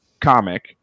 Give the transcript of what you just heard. comic